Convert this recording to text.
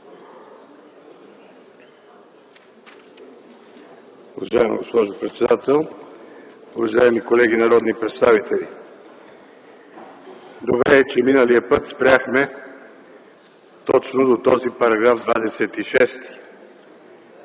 Уважаема госпожо председател, уважаеми колеги народни представители! Добре е, че миналия път спряхме точно до този § 26.